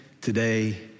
today